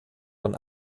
von